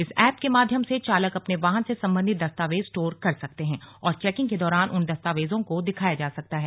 इस एप के माध्यम से चालक अपने वाहन से सम्बन्धित दस्तावेज स्टोर कर सकते हैं और चेकिंग के दौरान उन दस्तावेजों को दिखाया जा सकता है